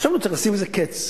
וחשבנו שצריך לשים לזה קץ.